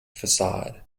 facade